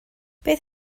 beth